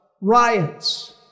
riots